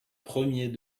premiers